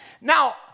Now